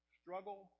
struggle